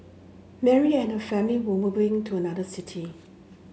Mary and her family were moving to another city